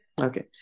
Okay